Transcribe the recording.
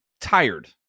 tired